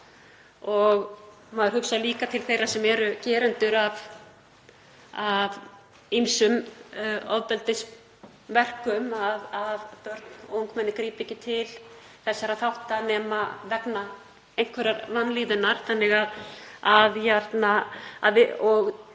Maður hugsar líka til þeirra sem eru gerendur að ýmsum ofbeldisverkum, börn og ungmenni grípa ekki til þessa nema vegna einhverrar vanlíðunar þannig að ég